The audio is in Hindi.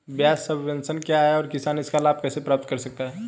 ब्याज सबवेंशन क्या है और किसान इसका लाभ कैसे प्राप्त कर सकता है?